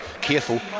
careful